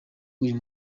uyu